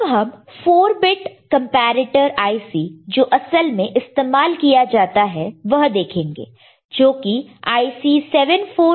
अब हम 4 bit comparator IC जो असल में इस्तेमाल किया जाता है वह देखेंगे जो की IC7485 है